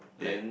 like